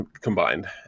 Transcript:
combined